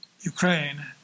Ukraine